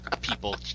people